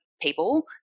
people